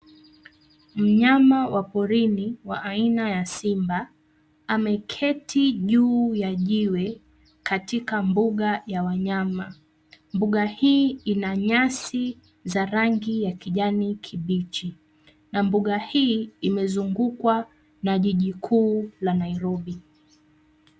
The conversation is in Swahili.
Mnyama wa porini wa aina ya simba ameketi juu ya jiwe katika mbuga ya wanyama. Mbuga hii ina nyasi za rangi ya kijani kibichi na mbuga hii imezungukwa na jiji kuu la Nairobi.